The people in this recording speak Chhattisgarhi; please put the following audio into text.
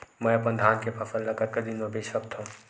मैं अपन धान के फसल ल कतका दिन म बेच सकथो?